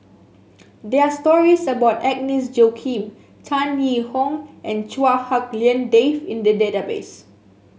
there are stories about Agnes Joaquim Tan Yee Hong and Chua Hak Lien Dave in the database